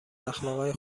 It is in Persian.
اخلاقای